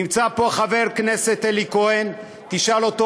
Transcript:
נמצא פה חבר הכנסת אלי כהן, תשאל אותו.